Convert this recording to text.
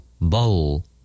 Bowl